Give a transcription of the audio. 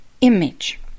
image